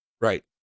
right